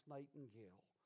Nightingale